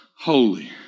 holy